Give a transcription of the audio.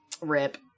Rip